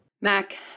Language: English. mac